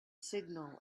signal